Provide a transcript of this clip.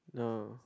no